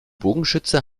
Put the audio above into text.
bogenschütze